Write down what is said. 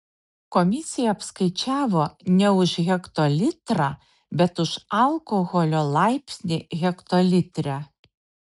komisija apskaičiavo ne už hektolitrą bet už alkoholio laipsnį hektolitre